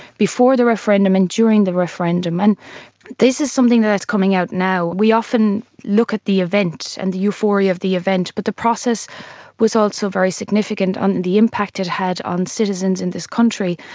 before the referendum and during the referendum. and this is something that is coming out now. we often look at the event and the euphoria of the event, but the process was also very significant on the impact it had on citizens in this country.